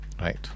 Right